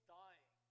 dying